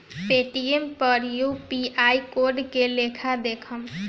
Paytm पर UPI code के लेखा देखम?